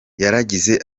yaragize